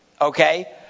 Okay